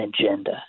agenda